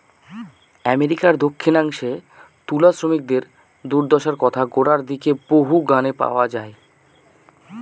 আমেরিকার দক্ষিনাংশে তুলা শ্রমিকদের দূর্দশার কথা গোড়ার দিকের বহু গানে পাওয়া যায়